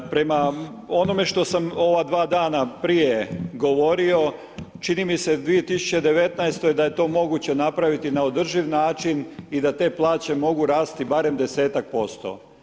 Prema onome što sam ova dva dana prije govorio, čini mi se u 2019.-oj da je to moguće napraviti na održiv način i da te plaće mogu rasti barem 10-tak%